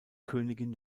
königin